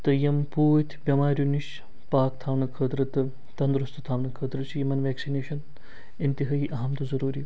تہٕ یِم پوٗتۍ بٮ۪ماریو نِش پاک تھاونہٕ خٲطرٕ تہٕ تنٛدرُستہٕ تھاونہٕ خٲطرٕ چھِ یِمَن وٮ۪کسِنیشَن اِنتِہٲیی اہم تہٕ ضٔروٗری